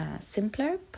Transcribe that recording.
simpler